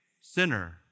sinner